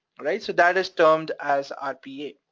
right? so that is termed as rpa.